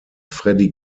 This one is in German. freddy